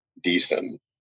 decent